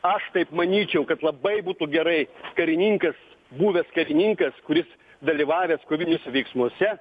aš taip manyčiau kad labai būtų gerai karininkas buvęs karininkas kuris dalyvavęs koviniuose veiksmuose